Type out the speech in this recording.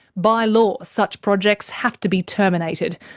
by law such projects have to be terminated,